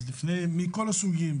מכל הסוגים,